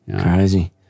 Crazy